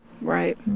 Right